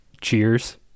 Cheers